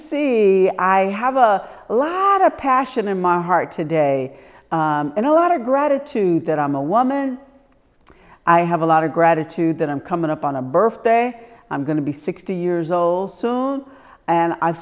see i have a lot of passion in my heart today and a lot of gratitude that i'm a woman i have a lot of gratitude that i'm coming up on a birthday i'm going to be sixty years old soon and i've